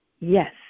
yes